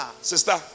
Sister